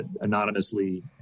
anonymously